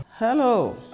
Hello